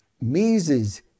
Mises